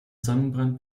sonnenbrand